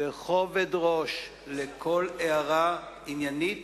לכל הערה עניינית,